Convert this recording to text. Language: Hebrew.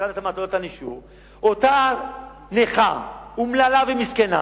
אותה נכה אומללה ומסכנה